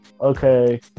okay